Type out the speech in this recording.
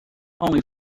only